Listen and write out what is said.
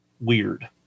weird